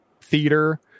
theater